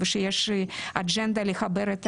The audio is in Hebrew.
ושיש אג'נדה לחבר את